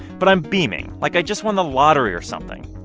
but i'm beaming, like i just won the lottery or something.